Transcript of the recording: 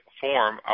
form